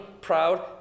proud